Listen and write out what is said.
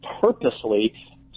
purposely